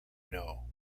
know